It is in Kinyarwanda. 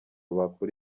bakura